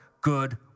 good